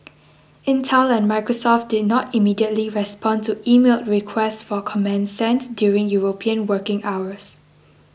Intel and Microsoft did not immediately respond to emailed requests for comment sent during European working hours